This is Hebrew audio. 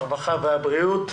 הרווחה והבריאות.